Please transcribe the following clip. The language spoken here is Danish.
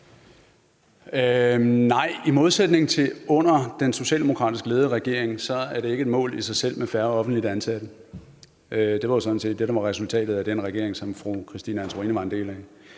Nej, i modsætning til under den socialdemokratisk ledede regering er det ikke et mål i sig selv med færre offentligt ansatte. Det var sådan set det, der var resultatet af den regering, som fru Christine Antorini var en del af.